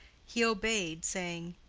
he obeyed, saying,